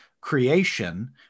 creation